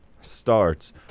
starts